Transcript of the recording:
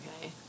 okay